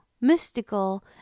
mystical